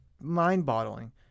mind-boggling